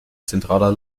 zentraler